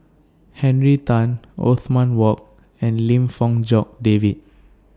Henry Tan Othman Wok and Lim Fong Jock David